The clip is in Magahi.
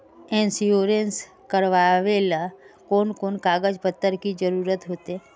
इंश्योरेंस करावेल कोन कोन कागज पत्र की जरूरत होते?